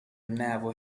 never